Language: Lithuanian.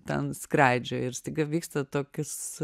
ten skraidžioja ir staiga vyksta toks